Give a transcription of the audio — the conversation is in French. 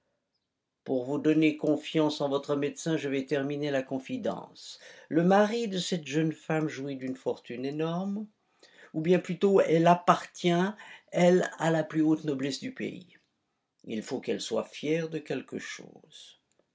pour vous donner confiance en votre médecin je vais terminer la confidence le mari de cette jeune femme jouit d'une fortune énorme ou bien plutôt elle appartient elle à la plus haute noblesse du pays il faut qu'elle soit fière de quelque chose